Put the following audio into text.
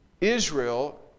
Israel